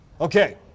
Okay